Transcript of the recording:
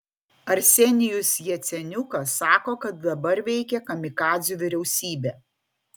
arsenijus jaceniukas sako kad dabar veikia kamikadzių vyriausybė